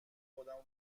خودمو